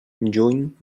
juny